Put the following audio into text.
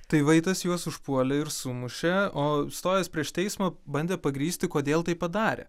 tai vaitas juos užpuolė ir sumušė o stojęs prieš teismą bandė pagrįsti kodėl tai padarė